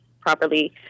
properly